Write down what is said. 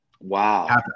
Wow